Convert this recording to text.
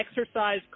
exercise